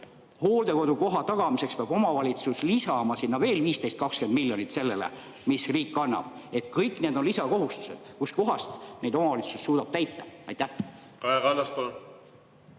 Hooldekodukoha tagamiseks peab omavalitsus lisama veel 15–20 miljonit sellele, mis riik annab. Kõik need on lisakohustused. Kust kohast neid omavalitsus suudab täita? Kaja